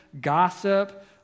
gossip